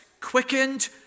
quickened